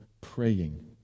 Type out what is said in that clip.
praying